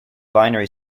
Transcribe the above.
binary